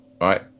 right